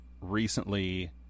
recently